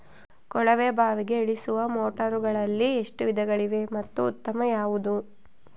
ಕೊಳವೆ ಬಾವಿಗೆ ಇಳಿಸುವ ಮೋಟಾರುಗಳಲ್ಲಿ ಎಷ್ಟು ವಿಧಗಳಿವೆ ಮತ್ತು ಉತ್ತಮ ಯಾವುದು?